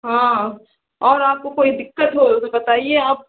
हाँ और आपको कोई दिक़्क़त हो तो बताइए आप